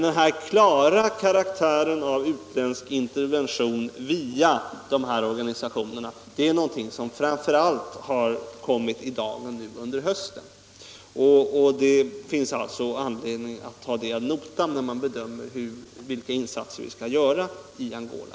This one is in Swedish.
Den klara karaktären av utländsk intervention via de här organisationerna har kommit i dagen framför allt nu under hösten. Det finns anledning att ta det förhållandet ad notam när man bedömer vilka insatser vi skall göra i Angola.